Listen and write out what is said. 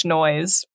noise